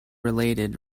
related